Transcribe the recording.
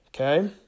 Okay